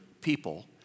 people